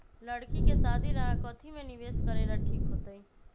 लड़की के शादी ला काथी में निवेस करेला ठीक होतई?